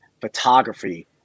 photography